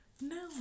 No